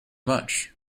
much